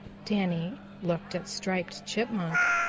danny looked at striped chipmunk.